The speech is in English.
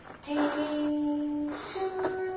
d, two,